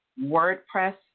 WordPress